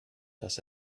das